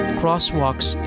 crosswalks